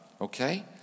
okay